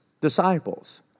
disciples